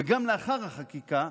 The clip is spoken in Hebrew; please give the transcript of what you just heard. וגם לאחר החקיקה,